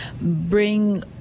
bring